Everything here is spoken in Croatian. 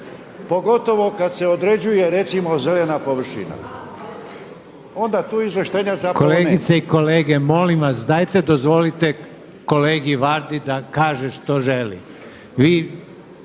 pogotovo kad se određuje recimo zelena površina, onda tu izvlaštenja zapravo nema.